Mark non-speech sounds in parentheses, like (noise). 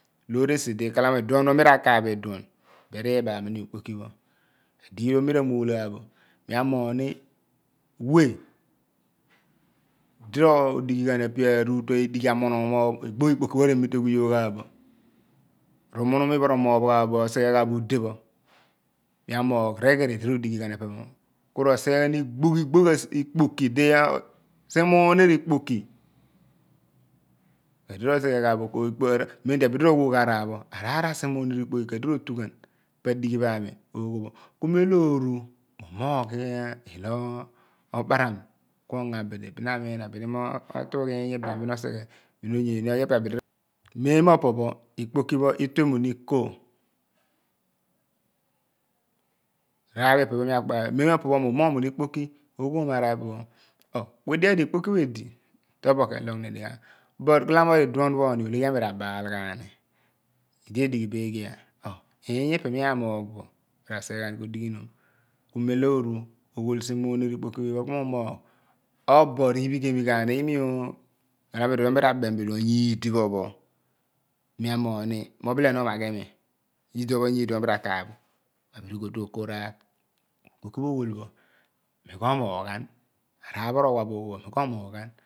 Loor esi di khala mo iduon pho mi ra kaagh phi duon bin ri bagha mi imi okpoki pho adighi pho mi ra mul gha pho mi amoghni we di ro dighi ghan epe arutu idighi amunuru mo igbogh ikpoki re mite ghuyogha bo ru munum mi phe pho ro mooph ghaa bo ro sighe ghaa bo ude pho mi amogh righiri di ro dighi yoghan epe pho ku ro sighe ghan igbogh igbogh si ikpoki dia si mu niir ikpoki ku edi rosighe ghaa bo ko kpora mem di abidi ro wa ogho araar pho araar asi muniir ikpoki ku edi rotu ghan epe dighi pho ami ogho pho ku mem lo oru mu mogh ilo omaram ku ongo abidi bin na amiin abidi mo tugh iiny ibam bin obighe bin onyeni oghi epe abidi re /unintelligable/mem mo opo pho ikpoki pho itue ikoh raar pho ipe pho mi akpe (hesitation) mem mo opo pho mi umogh mum ikpoki ogboom araari pe pho orh ku edigho yar di ikpoki edi tobo ke loghni dighaagh bet khala mo ri duon pho ni ologhi ami ra bal ghaani idi edigh pheghia iiny ipe pho mi amagh po mira si ghe ghaani ma digh num ku me lom oghol si munir ikpoki phi phe ku mi umoghe bo obo ri pheghaani imi khala mo iduon mi ra bem bo iduon nyiidi pho pho mi amoghni mo bite ni umagh imi nyiidipho nyiidipho mi ra kar bo ma bidi ko tu okoh raar ikpoki pho oghol be mi ko mooghan araar pho rowa ogho pho mi ko mooghan